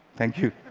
thank you.